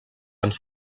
ens